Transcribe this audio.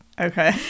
okay